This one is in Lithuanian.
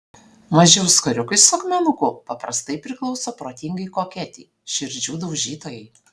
maži auskariukai su akmenuku paprastai priklauso protingai koketei širdžių daužytojai